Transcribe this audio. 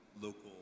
local